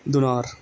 dinar